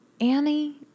Annie